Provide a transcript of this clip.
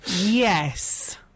yes